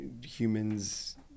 humans